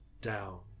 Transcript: down